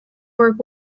work